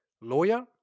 lawyer